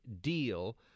Deal